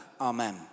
amen